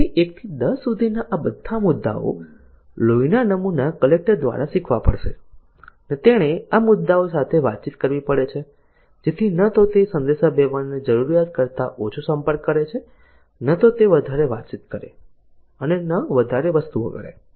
તેથી 1 થી 10 સુધીના આ બધા મુદ્દાઓ લોહીના નમૂના કલેક્ટર દ્વારા શીખવા પડે છે અને તેણે આ મુદ્દાઓ સાથે વાતચીત કરવી પડે છે જેથી ન તો તે સંદેશાવ્યવહારની જરૂરિયાત કરતા ઓછો સંપર્ક કરે છે ન તો તે વધારે વાતચીત કરે અને ન વધારે વસ્તુઓ કરે